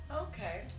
Okay